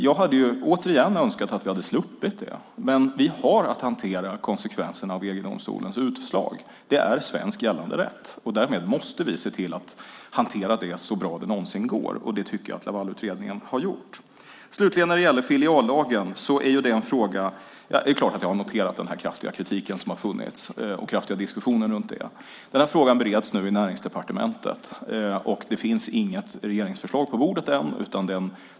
Jag hade - återigen - önskat att vi hade sluppit det, men vi har att hantera konsekvenserna av EG-domstolens utslag. Det är svensk gällande rätt. Därmed måste vi se till att hantera det så bra det någonsin går. Det tycker jag att Lavalutredningen har gjort. Slutligen var det frågan om filiallagen. Det är klart att jag har noterat den kraftiga kritiken och diskussionen. Frågan bereds nu i Näringsdepartementet, och det finns inget regeringsförslag på bordet än.